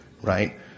right